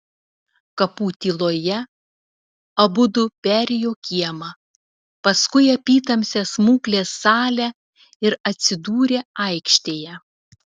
kapų tyloje abudu perėjo kiemą paskui apytamsę smuklės salę ir atsidūrė aikštėje